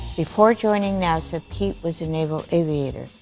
before joining nasa, pete was a naval aviator.